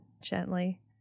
gently